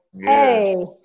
hey